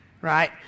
right